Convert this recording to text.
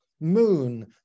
Moon